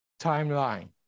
timeline